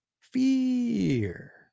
Fear